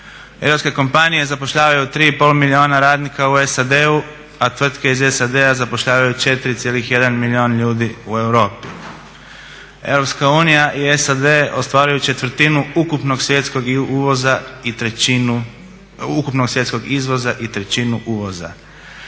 Europske kompanije zapošljavaju 3,5 milijuna radnika u SAD-u a tvrtke iz SAD-a zapošljavaju 4,1 milijun ljudi u Europi. Europska unija i SAD ostvaruju četvrtinu ukupnog svjetskog uvoza i trećinu,